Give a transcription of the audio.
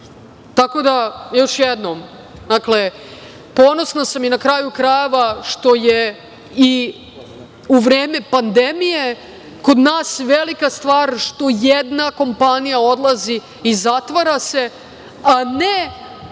da, još jednom, ponosna sam i na kraju krajeva što je i u vreme pandemije kod nas velika stvar što jedna kompanija odlazi i zatvara se, a ne